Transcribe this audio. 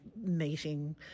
meeting